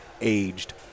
aged